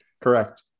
correct